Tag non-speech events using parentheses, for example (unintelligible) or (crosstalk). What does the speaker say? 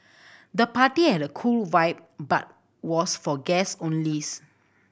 the party had a cool vibe but was for guest only (unintelligible)